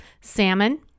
salmon